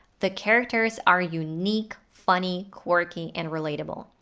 the characters are unique, funny, quirky and relatable.